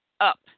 up